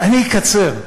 אני אקצר.